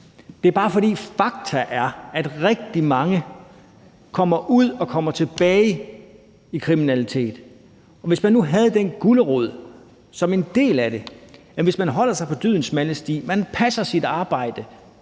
Det er bare sådan, at fakta er, at rigtig mange kommer ud af fængslet og kommer tilbage i kriminalitet. Hvis man nu havde den gulerod som en del af det, hvis man holder sig på dydens smalle sti, passer sit arbejde